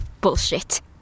Bullshit